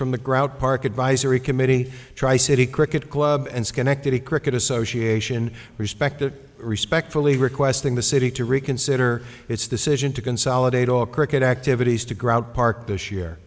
from the groud park advisory committee tri city cricket club and schenectady cricket association respected respectfully requesting the city to reconsider its decision to consolidate all cricket activities to grout park this year